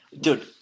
Dude